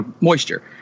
moisture